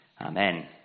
Amen